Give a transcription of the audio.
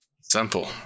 Simple